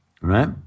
right